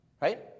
Right